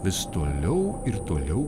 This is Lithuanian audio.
vis toliau ir toliau